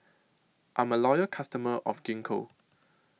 I'm A Loyal customer of Gingko